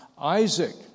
Isaac